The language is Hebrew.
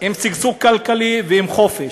עם שגשוג כלכלי ועם חופש?